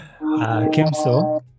Kimso